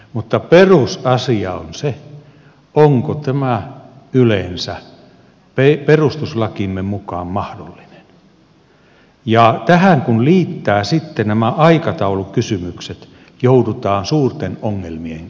mutta perusasia on se onko tämä yleensä perustuslakimme mukaan mahdollinen ja tähän kun liittää sitten nämä aikataulukysymykset joudutaan suurten ongelmien eteen